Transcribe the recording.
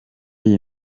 iyi